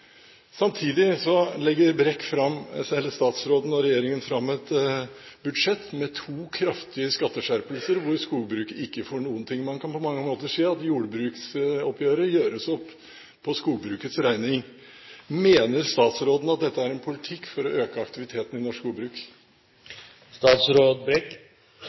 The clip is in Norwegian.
Samtidig legger statsråden og regjeringen fram et budsjett med to kraftige skatteskjerpelser, og hvor skogbruket ikke får noen ting. Man kan på mange måter si at jordbruksoppgjøret gjøres opp på skogbrukets regning. Mener statsråden at dette er en politikk for å øke aktiviteten i norsk